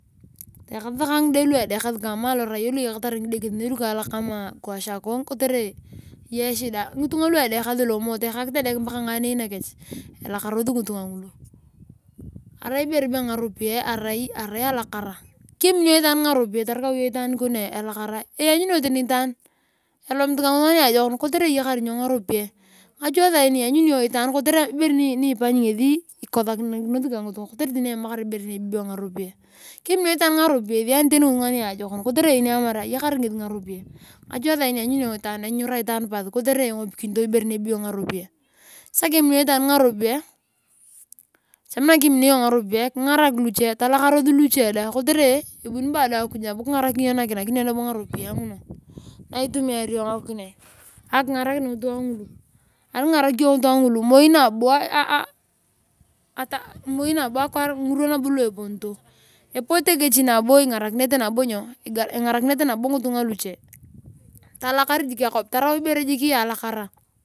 Tayakata tasaka ngide luedekasi kama aloraya ngidekesinei lu enyaritae kwarakoo kotere eyai echich, kotere edekasi lomooo teyaka kitedek paka nganei nakech elakarasi ngitunga ngulu arai ibere be ngaropiyae arai alakara keminio itaan kon ngaropiyae torukau iyongitaan ngini elakara. Lanyuni tani elomit ka ngitunga niajokon kotere eyakar ngaropiyae. ngache saini lanyuni iyong itaan ibere ni ikosonakinotor ka ngutunga kotere ibere be ngaropiyo. Kime itaan ngaropiyae isiyani tani itaan niajokon kotere.